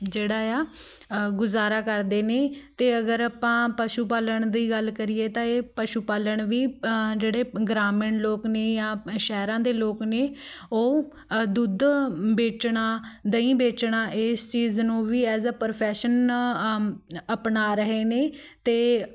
ਜਿਹੜਾ ਆ ਗੁਜ਼ਾਰਾ ਕਰਦੇ ਨੇ ਅਤੇ ਅਗਰ ਆਪਾਂ ਪਸ਼ੂ ਪਾਲਣ ਦੀ ਗੱਲ ਕਰੀਏ ਤਾਂ ਇਹ ਪਸ਼ੂ ਪਾਲਣ ਵੀ ਜਿਹੜੇ ਗ੍ਰਾਮੀਣ ਲੋਕ ਨੇ ਜਾਂ ਸ਼ਹਿਰਾਂ ਦੇ ਲੋਕ ਨੇ ਉਹ ਦੁੱਧ ਵੇਚਣਾ ਦਹੀਂ ਵੇਚਣਾ ਇਸ ਚੀਜ਼ ਨੂੰ ਵੀ ਐਜ਼ ਆ ਪ੍ਰੋਫੈਸ਼ਨ ਅਪਣਾ ਰਹੇ ਨੇ ਅਤੇ